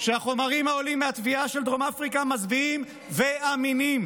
"החומרים העולים מהתביעה של דרום אפריקה מזוויעים ואמינים.